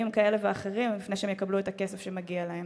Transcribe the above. כאלה ואחרים לפני שיקבלו את הכסף שמגיע להם?